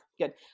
Good